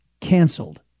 canceled